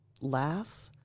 laugh